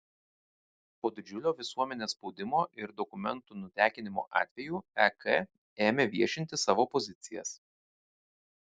po didžiulio visuomenės spaudimo ir dokumentų nutekinimo atvejų ek ėmė viešinti savo pozicijas